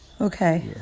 Okay